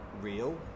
real